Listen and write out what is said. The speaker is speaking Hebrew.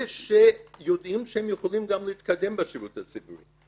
ושהם יודעים שהם יכולים גם להתקדם בשירות הציבורי.